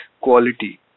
quality